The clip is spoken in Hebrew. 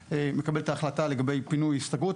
שבעצם מקבלת את ההחלטה לקבל פינוי, הסתגרות.